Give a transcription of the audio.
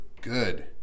good